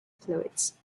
fluids